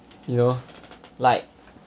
you know like